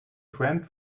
friend